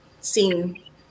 seen